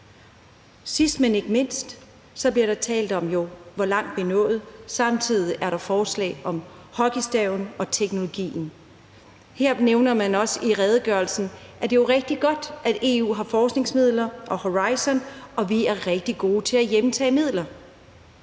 Sidst, men ikke mindst bliver der jo talt om, hvor langt vi er nået. Samtidig er der forslag om hockeystaven og teknologien. Her nævner man også i redegørelsen, at det jo er rigtig godt, at EU har forskningsmidler og Horizon Europe, og at vi er rigtig gode til at hjemtage midler.